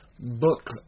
Book